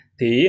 Thì